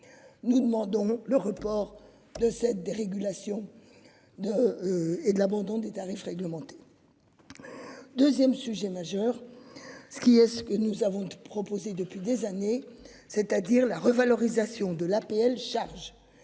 Nous demandons le report de cette dérégulation. De. Et de l'abandon des tarifs réglementés. 2ème sujet majeur. Ce qui est, ce que nous avons proposé depuis des années, c'est-à-dire la revalorisation de l'APL charge.